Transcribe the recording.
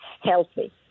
healthy